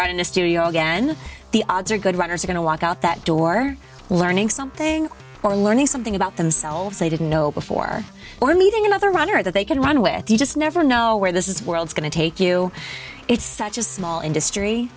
write in a studio again the odds are good runners are going to walk out that door learning something or learning something about themselves they didn't know before or meeting another runner that they could run with you just never know where this is world's going to take you it's such a small industry